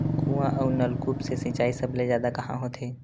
कुआं अउ नलकूप से सिंचाई सबले जादा कहां होथे?